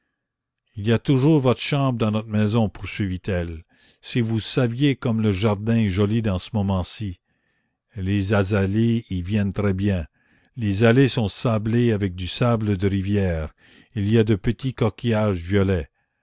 il y a toujours votre chambre dans notre maison poursuivit-elle si vous saviez comme le jardin est joli dans ce moment-ci les azalées y viennent très bien les allées sont sablées avec du sable de rivière il y a de petits coquillages violets